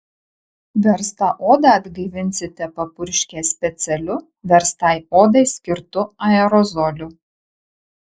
verstą odą atgaivinsite papurškę specialiu verstai odai skirtu aerozoliu